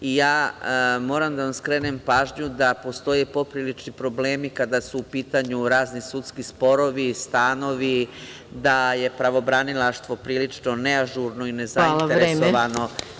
Moram da vam skrenem pažnju da postoje poprilični problemi kada su u pitanju razni sudski sporovi, stanovi, da je pravobranilaštvo prilično neažurno i nezainteresovano za svoj posao.